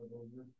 over